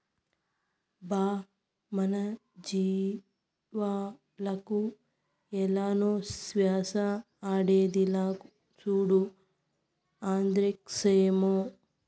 బా మన జీవాలకు ఏలనో శ్వాస ఆడేదిలా, సూడు ఆంద్రాక్సేమో